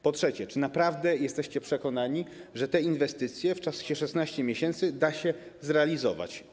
Po trzecie, czy naprawdę jesteście przekonani, że te inwestycje w czasie 16 miesięcy da się zrealizować?